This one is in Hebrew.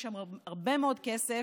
יש שם הרבה מאוד כסף.